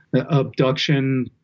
abduction